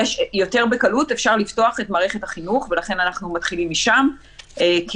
יותר בקלות אפשר לפתוח את מערכת החינוך ולכן אנחנו מתחילים משם כי